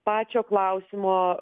pačio klausimo